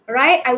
right